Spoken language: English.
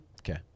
Okay